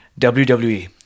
WWE